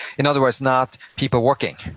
in other words, not people working,